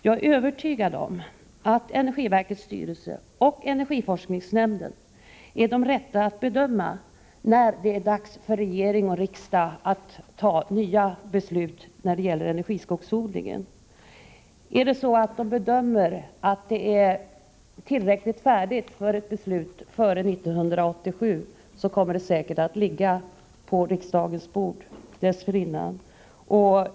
Jag är övertygad om att energiverkets styrelse och energiforskningsnämnden är de rätta att bedöma när det är dags för regering och riksdag att fatta nya beslut när det gäller energiskogsodlingen. Bedömer de att underlaget är tillräckligt för ett beslut före 1987 kommer säkert ett förslag att ligga på riksdagens bord dessförinnan.